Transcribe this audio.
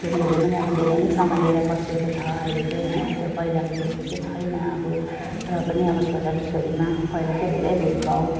छोरीहरूले पनि अब धेरै नै सम्हालेर बसेको छ अहिले चाहिँ होइन त्यो पहिलाको जस्तो चाहिँ छैन अब र पनि अब छोरा र छोरीमा पहिला चाहिँ धेरै भेदभाव